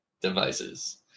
devices